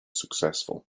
successful